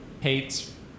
hates